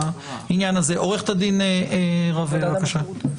עורכת הדין רווה, בבקשה.